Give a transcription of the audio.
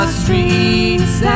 streets